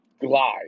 glide